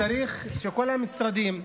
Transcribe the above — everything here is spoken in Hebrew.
צריך שכל המשרדים,